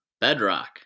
bedrock